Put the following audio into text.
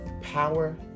Power